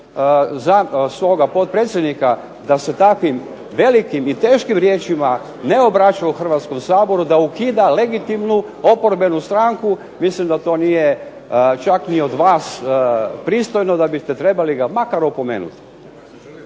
svoga potpredsjednika da se takvim velikim i teškim riječima ne obraća u Hrvatskom saboru, da ukida legitimnu oporbenu stranku, mislim da to nije čak ni od vas pristojno, da biste trebali ga makar opomenuti.